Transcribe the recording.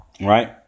Right